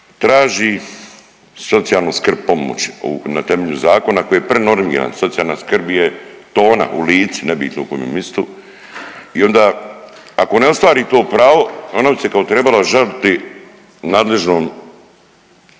traži socijalnu skrb, pomoć ovu na temelju zakona koji je prenormiran, socijalna skrb je tona, u Lici, nebitno u kome mistu i onda ako ne ostvari to pravo, ona bi se kao trebala žaliti nadležnom